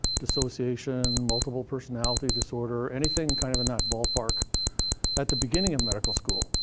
dissociation, multiple personality disorder, anything kind of in that ballpark at the beginning of medical school.